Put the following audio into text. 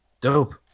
Dope